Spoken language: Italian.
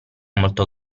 molto